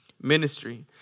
Ministry